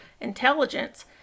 intelligence